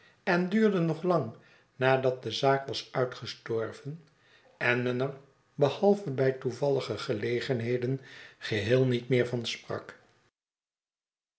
en duurde nog lang nadat de zaak was uitgestorven en men er behalve bij toevallige gelegenheden geheel niet meer van sprak